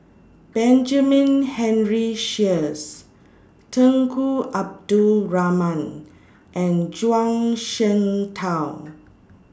Benjamin Henry Sheares Tunku Abdul Rahman and Zhuang Shengtao